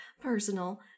personal